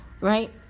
right